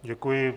Děkuji.